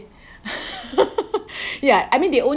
ya I mean they only